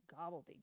gobbledygook